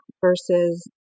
versus